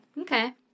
Okay